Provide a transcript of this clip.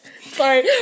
Sorry